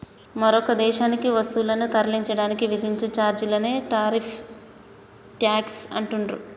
మరొక దేశానికి వస్తువులను తరలించడానికి విధించే ఛార్జీలనే టారిఫ్ ట్యేక్స్ అంటుండ్రు